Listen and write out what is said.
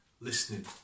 listening